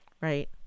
right